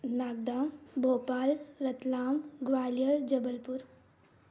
Nagda Bhopal Ratlam Gwalior Jabalpur